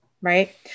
right